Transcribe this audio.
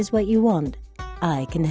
is what you want i can